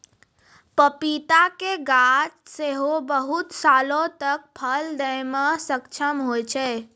पपीता के गाछ सेहो बहुते सालो तक फल दै मे सक्षम होय छै